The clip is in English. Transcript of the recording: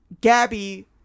Gabby